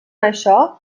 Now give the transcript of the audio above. això